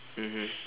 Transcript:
mmhmm